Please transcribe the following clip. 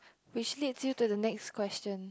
which leads you to the next question